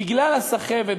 בגלל הסחבת,